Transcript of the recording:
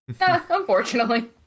unfortunately